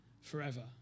forever